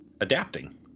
adapting